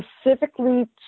specifically